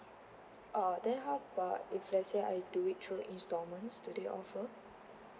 uh then how about if let's say I do it through installments do they offer